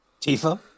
Tifa